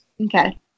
Okay